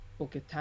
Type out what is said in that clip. Okay